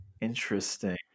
Interesting